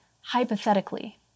hypothetically